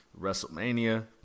WrestleMania